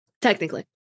Technically